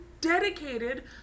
dedicated